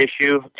issue